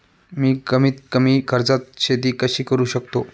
मी कमीत कमी खर्चात शेती कशी करू शकतो?